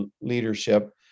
leadership